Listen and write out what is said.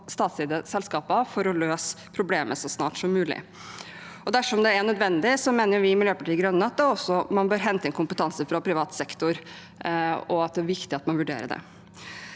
statseide selskaper for å løse problemet så snart som mulig. Dersom det er nødvendig, mener vi i Miljøpartiet De Grønne at man også bør hente inn kompetanse fra privat sektor, og at det er viktig at man vurderer det.